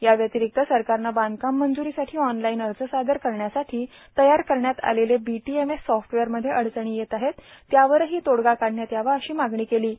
याव्यार्तारक्त सरकारनं बांधकाम मुंजुरांसाठी ऑनलाईन अजसादर करण्यासाठी तयार करण्यात आलेले बीटीएमएस सॉप्टवेअरमध्ये अडचणी येत आहेत त्यावरहां तोडगा काढण्यात याव्यात अशी मागणी क्रिडाईने केली आहे